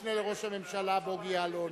המשנה לראש הממשלה בוגי יעלון.